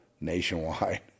nationwide